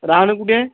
राहणं कुठे आहे